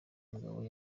mugabo